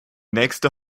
nächste